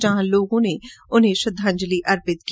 जहां लोगों ने उन्हें श्रद्वांजलि अर्पित की